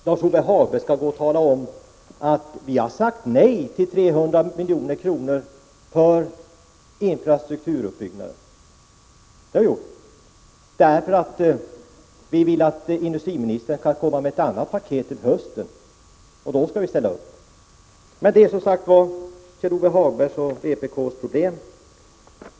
Lars-Ove Hagberg måste därefter gå ut och säga: Vi har sagt nej till 300 milj.kr.för infrastrukturuppbyggnaden därför att vi vill att industriministern skall komma med ett paket till hösten, och då skall vi ställa upp. Detta är, som jag tidigare sagt, Lars-Ove Hagbergs och vpk:s problem.